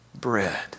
bread